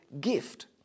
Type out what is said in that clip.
gift